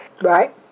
Right